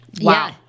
Wow